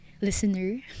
listener